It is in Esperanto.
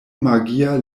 magia